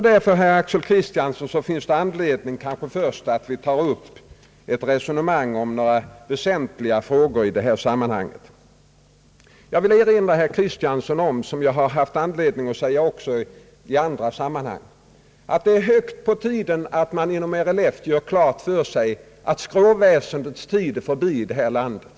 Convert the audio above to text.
Därför, herr Axel Kristiansson, finns det anledning att först ta upp ett resonemang om några väsentliga frågor i det här sammanhanget. Jag vill erinra herr Kristiansson om — som jag haft anledning att också säga i andra sammanhang — att det är högt på tiden att man inom RLF gör klart för sig att skråväsendets dagar är förbi i det här landet.